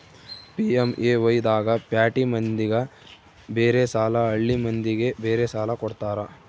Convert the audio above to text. PMAY ದಾಗ ಪ್ಯಾಟಿ ಮಂದಿಗ ಬೇರೆ ಸಾಲ ಹಳ್ಳಿ ಮಂದಿಗೆ ಬೇರೆ ಸಾಲ ಕೊಡ್ತಾರ